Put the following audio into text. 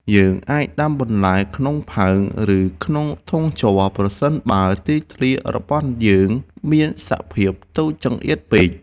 យើងអាចដាំបន្លែក្នុងផើង ឬក្នុងធុងជ័រ ប្រសិនបើទីធ្លាផ្ទះរបស់យើងមានសភាពតូចចង្អៀតពេក។